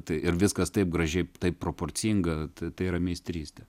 tai ir viskas taip gražiai taip proporcinga tai yra meistrystė